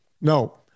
no